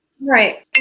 right